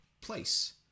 place